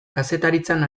kazetaritzan